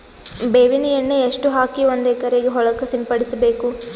ಬೇವಿನ ಎಣ್ಣೆ ಎಷ್ಟು ಹಾಕಿ ಒಂದ ಎಕರೆಗೆ ಹೊಳಕ್ಕ ಸಿಂಪಡಸಬೇಕು?